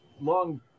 long